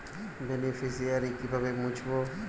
Beneficiary কিভাবে মুছব?